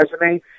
resume